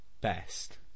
best